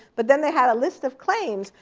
but then they had a list of claims,